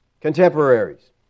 contemporaries